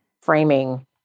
framing